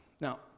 now